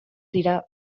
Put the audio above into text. dira